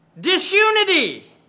Disunity